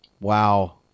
Wow